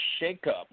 shakeup